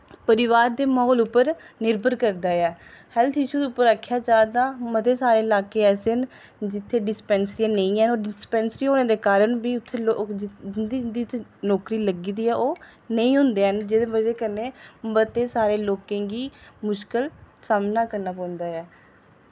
परिवार दे मौह्ल उप्पर निर्भर करदा ऐ हैल्थ इशु उप्पर आखेआ जा तां मते सारे लाके ऐसे न जित्थे डिस्पैंसरी नेईं हैन डिस्पैंसरी होने दे कारण बी उत्थे जिंदी जिंदी बी नौकरी लग्गी दी ऐ ओह् नेईं होंदे हैन जेह्दी बजहा कन्नै मते सारे लोकें गी मुश्कल दा सामना करना पौंदा ऐ